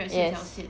yes